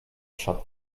shut